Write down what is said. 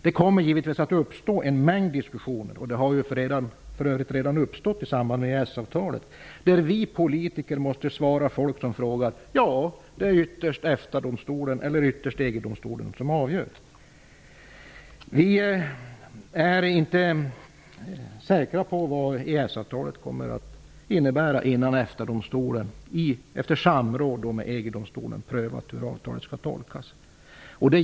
Det kommer givetvis att uppstå en mängd diskussioner -- och sådana har för övrigt redan uppstått i samband med EES-avtalet -- i vilka vi politiker måste svara människor som ställer frågor att det ytterst är EFTA eller EG-domstolen som avgör. Vi är inte säkra på vad EES-avtalet kommer att innebära innan EFTA-domstolen efter samråd med EG-domstolen har prövat hur avtalet skall tolkas.